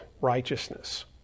righteousness